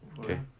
Okay